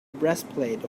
breastplate